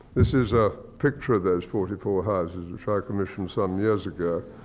this is a picture of those forty four houses, which i commissioned some years ago.